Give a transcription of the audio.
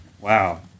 Wow